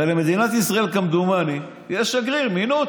הרי למדינת ישראל, כמדומני, יש שגריר, מינו אותו.